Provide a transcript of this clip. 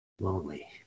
lonely